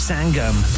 Sangam